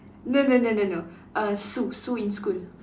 no no no no no uh Sue Sue in school